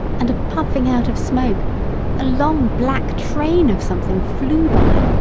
and a puffing out of smoke a long black train of something flew by,